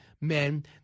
men